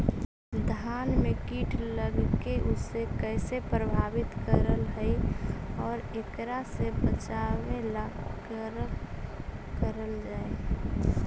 धान में कीट लगके उसे कैसे प्रभावित कर हई और एकरा से बचेला का करल जाए?